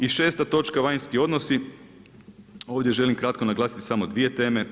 I 6. točka vanjski odnosi, ovdje želim kratko naglasiti samo dvije teme.